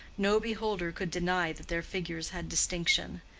no beholder could deny that their figures had distinction.